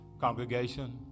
congregation